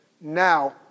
now